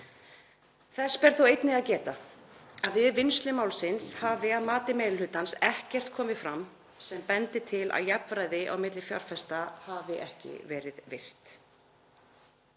Þess ber þó einnig að geta að við vinnslu málsins hefur að mati meiri hlutans ekkert komið fram sem bendir til að jafnræði á milli fjárfesta hafi verið ekki verið virt.